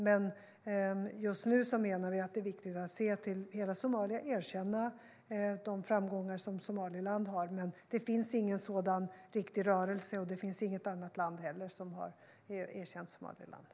Men just nu menar vi att det är viktigt att se till hela Somalia och erkänna de framgångar som Somaliland har, men det finns inte riktigt någon sådan rörelse och det finns heller inget annat land som har erkänt Somaliland.